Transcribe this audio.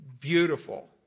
beautiful